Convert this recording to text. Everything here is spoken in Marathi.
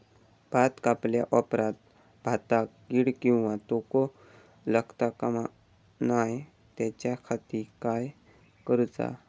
भात कापल्या ऑप्रात भाताक कीड किंवा तोको लगता काम नाय त्याच्या खाती काय करुचा?